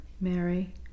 mary